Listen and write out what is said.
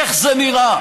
איך זה נראה?